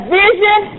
vision